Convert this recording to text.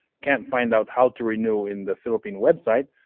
can't find out how to renew in the philippine website.